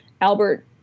Albert